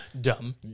Dumb